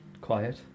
quiet